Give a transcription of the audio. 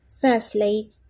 Firstly